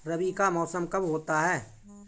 रबी का मौसम कब होता हैं?